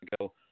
go